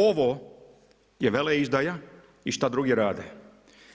Ovo je veleizdaja i šta druge rade'